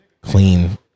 clean